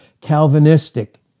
Calvinistic